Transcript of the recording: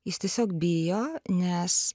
jis tiesiog bijo nes